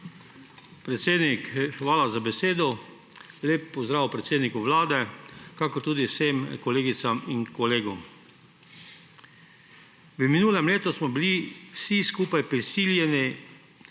Predsednik, hvala za besedo. Lep pozdrav predsedniku Vlade in tudi vsem kolegicam in kolegom! V minulem letu smo se bili vsi skupaj prisiljeni